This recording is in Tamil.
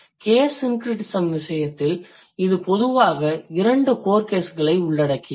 கேஸ் syncretism விசயத்தில் இது பொதுவாக இரண்டு core caseகளை உள்ளடக்கியது